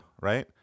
right